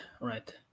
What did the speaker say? right